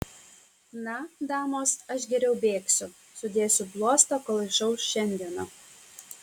na damos aš geriau bėgsiu sudėsiu bluostą kol išauš šiandiena